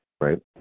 Right